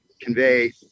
convey